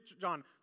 John